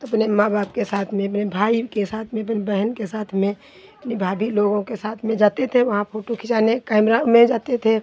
तो अपने माँ बाप के साथ में अपने भाई के साथ में अपनी बहन के साथ में अपनी भाभी लोगों के साथ में जाते थे वहाँ फोटू खिंचाने कैमरा में जाते थे